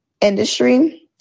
industry